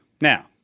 Now